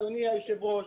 אדוני היושב-ראש,